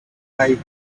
five